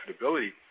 profitability